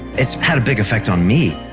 it's had a big effect on me.